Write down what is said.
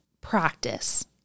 practice